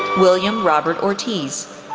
william robert ortiz,